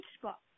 spot